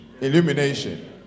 Illumination